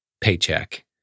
paycheck